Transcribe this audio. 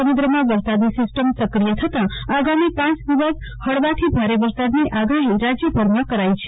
સમુદ્રમાં વરસાદી સીસ્ટમ સક્રિય થતાં આગામી પાંચ દિવસ હળવાથી ભારે વરસાદની આગાહી રાજયભરમાં કરાઈ છે